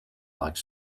like